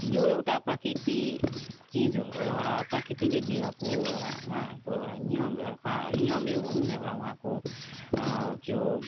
यो एउटा प्राकृति चिज हो यो एउटा प्राकृतिले दिएको एउटा उहाँहरुको एउटा नियम नियमै भनौँ न एउटा उहाँहरूको त्यो